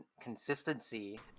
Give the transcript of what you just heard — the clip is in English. consistency